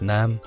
Nam